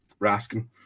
Raskin